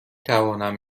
توانم